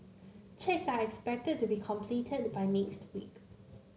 checks are expected to be completed by next week